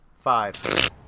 Five